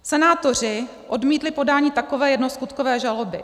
Senátoři odmítli podání takové jednoskutkové žaloby.